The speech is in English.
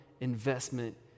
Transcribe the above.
investment